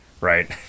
right